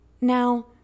Now